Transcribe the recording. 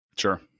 Sure